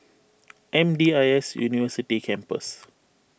M D I S University Campus